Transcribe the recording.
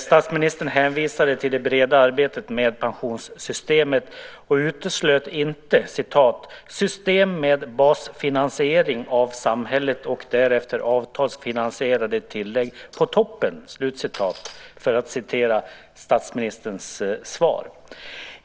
Statsministern hänvisade till det breda arbetet med pensionssystemet och uteslöt inte "system med basfinansiering av samhället och därefter avtalsfinansierade tillägg på toppen", för att citera statsministerns svar.